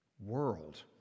world